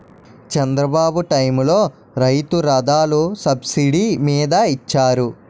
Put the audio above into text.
చంద్రబాబు టైములో రైతు రథాలు సబ్సిడీ మీద ఇచ్చారు